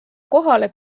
kohale